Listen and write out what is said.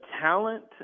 talent